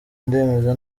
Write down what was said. ndemeza